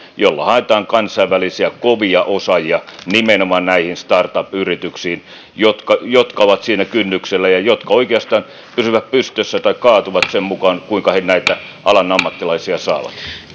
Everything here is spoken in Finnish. jolla haetaan kansainvälisiä kovia osaajia nimenomaan näihin startup yrityksiin jotka jotka ovat siinä kynnyksellä ja jotka oikeastaan pysyvät pystyssä tai kaatuvat sen mukaan kuinka he näitä alan ammattilaisia saavat